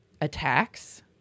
attacks